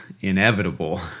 inevitable